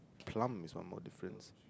plant is one more difference